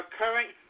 current